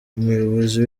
umuyobozi